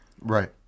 right